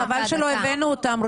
רבקה, חבל שלא הבאנו אותם.